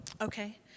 Okay